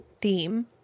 theme